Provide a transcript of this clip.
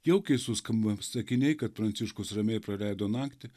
jaukiai suskamba sakiniai kad pranciškus ramiai praleido naktį